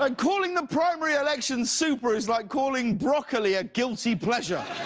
ah calling the primary elections super is like calling broccoli a guilty pleasure.